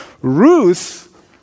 Ruth